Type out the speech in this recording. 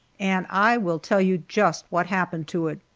and i will tell you just what happened to it.